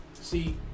See